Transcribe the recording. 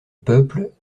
peuple